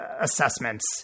assessments